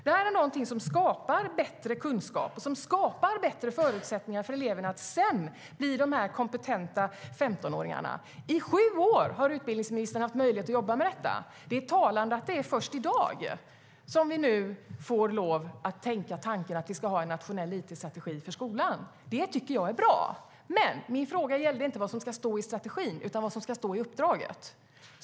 Det här är någonting som skapar bättre kunskap, och det skapar bättre förutsättningar för eleverna att sedan bli de kompetenta 15-åringarna. I sju år har utbildningsministern haft möjlighet att jobba med detta. Det är talande att vi först i dag får lov att tänka tanken att vi ska ha en nationell it-strategi för skolan. Jag tycker att det är bra, men min fråga gällde inte vad som ska stå i strategin utan vad som ska stå i uppdraget.